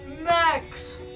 max